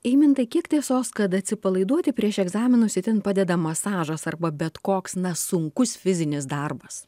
eimantai kiek tiesos kad atsipalaiduoti prieš egzaminus itin padeda masažas arba bet koks sunkus fizinis darbas